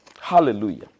Hallelujah